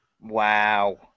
Wow